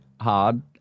hard